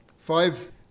Five